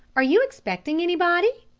are you expecting anybody?